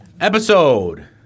Episode